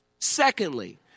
Secondly